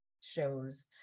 shows